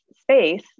space